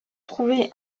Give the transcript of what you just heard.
trouver